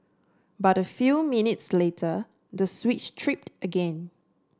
but a few minutes later the switch tripped again